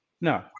No